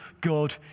God